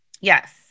Yes